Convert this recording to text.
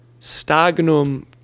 stagnum